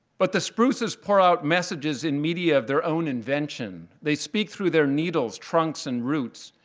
but the spruces put out messages in media of their own invention. they speak through their needles, trunks, and roots.